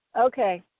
Okay